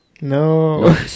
No